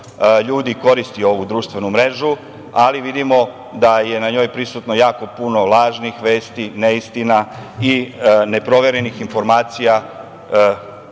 koristi ovu društvenu mrežu, ali vidimo da je na njoj prisutno jako puno lažnih vesti, neistina i neproverenih i netačnih